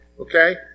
okay